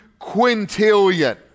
quintillion